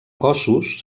cossos